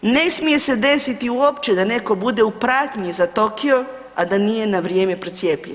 Ne smije se desiti uopće da netko bude u pratnji za Tokio, a da nije na vrijeme procijepljen.